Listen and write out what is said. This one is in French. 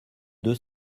deux